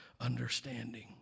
understanding